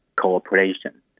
cooperation